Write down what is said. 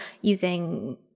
using